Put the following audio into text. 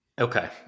Okay